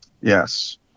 yes